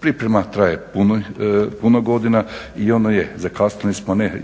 Priprema traje puno godina i ono je, zakasnili smo ne